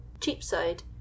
Cheapside